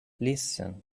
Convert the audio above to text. listen